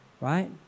right